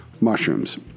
mushrooms